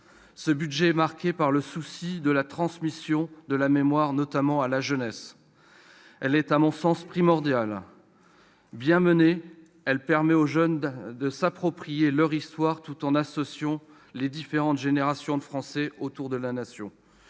Ce budget est marqué par le souci de la transmission de la mémoire, notamment à la jeunesse. Elle est, à mon sens, primordiale. Bien menée, elle permet aux jeunes de s'approprier leur histoire, tout en associant les différentes générations de Français autour de la Nation.